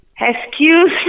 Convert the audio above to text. Excuse